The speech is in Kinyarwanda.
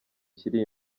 kiri